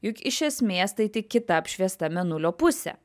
juk iš esmės tai tik kita apšviesta mėnulio pusė